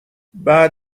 بعد